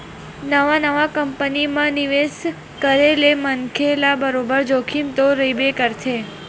नवा नवा कंपनी म निवेस करे ले मनखे ल बरोबर जोखिम तो रहिबे करथे